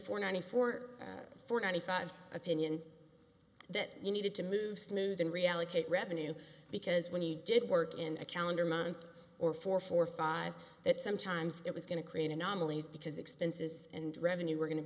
four ninety four four ninety five opinion that you needed to move smooth and reallocate revenue because when you did work in a calendar month or for four or five that sometimes there was going to create anomalies because expenses and revenue were going to